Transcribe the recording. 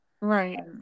Right